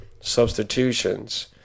substitutions